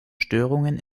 störungen